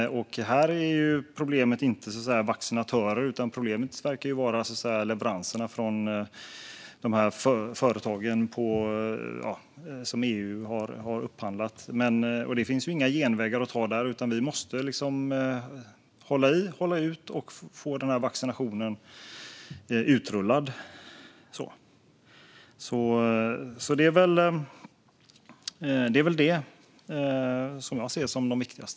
Problemet här är inte vaccinatörer, utan det verkar vara leveranserna från de företag som EU har upphandlat från. Det finns inga genvägar att ta här, utan vi måste hålla i, hålla ut och få vaccinationen utrullad. Det är vad jag ser som viktigast.